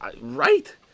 Right